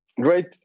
Great